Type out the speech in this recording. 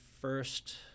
first